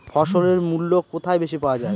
ফসলের মূল্য কোথায় বেশি পাওয়া যায়?